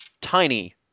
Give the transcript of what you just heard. tiny